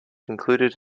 included